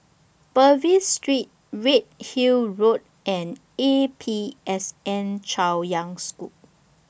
Purvis Street Redhill Road and A P S N Chaoyang School